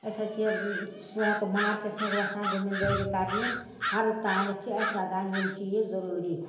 أسۍ حظ چھِ سونٛتہٕ مارچَس منٛز وَسان زٔمیٖندٲری کَرنہِ ہَرُد تانٮ۪تھ چھِ اَسہِ لَگان یِم چیٖز ضٔروٗری